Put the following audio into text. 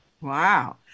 Wow